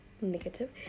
negative